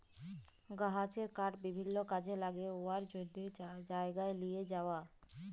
গাহাচের কাঠ বিভিল্ল্য কাজে ল্যাগে উয়ার জ্যনহে জায়গায় লিঁয়ে যাউয়া